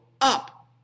up